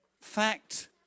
fact